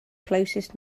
closest